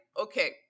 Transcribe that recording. okay